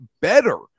better